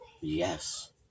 Yes